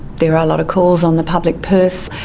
there are a lot of calls on the public purse.